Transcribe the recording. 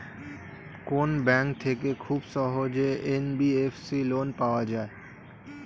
কোন ব্যাংক থেকে খুব সহজেই এন.বি.এফ.সি লোন পাওয়া যায়?